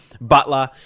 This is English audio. Butler